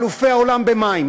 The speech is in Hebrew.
אלופי העולם במים,